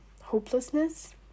hopelessness